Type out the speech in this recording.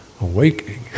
awakening